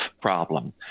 problem